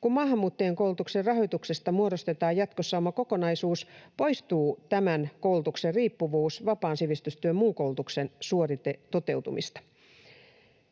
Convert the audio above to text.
Kun maahanmuuttajien koulutuksen rahoituksesta muodostetaan jatkossa oma kokonaisuus, poistuu tämän koulutuksen riippuvuus vapaan sivistystyön muun koulutuksen suoritetoteutumista.